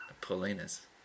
Paulina's